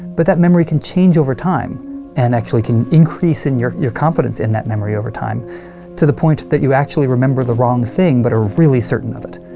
but that memory can change over time and actually can increase in your your confidence in that memory over time to the point that you actually remember the wrong thing but are really certain of it.